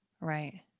right